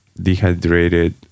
dehydrated